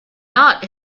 not